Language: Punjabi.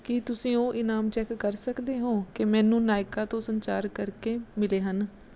ਕੀ ਤੁਸੀਂਂ ਉਹ ਇਨਾਮ ਚੈੱਕ ਕਰ ਸਕਦੇ ਹੋ ਕਿ ਮੈਨੂੰ ਨਾਇਕਾ ਤੋਂ ਸੰਚਾਰ ਕਰ ਕੇ ਮਿਲੇ ਹਨ